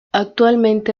actualmente